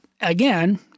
again